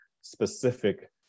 specific